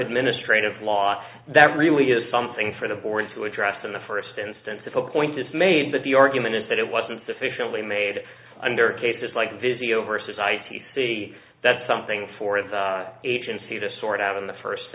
administrative law that really is something for the board to address in the first instance if a point is made but the argument is that it was insufficiently made under cases like video versus i t c that's something for the agency to sort out in the first